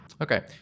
Okay